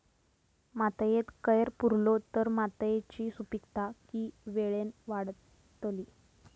मातयेत कैर पुरलो तर मातयेची सुपीकता की वेळेन वाडतली?